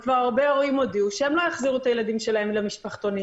וכבר הרבה הורים הודיעו שהם לא יחזירו את הילדים שלהם למשפחתונים,